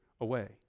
away